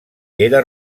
era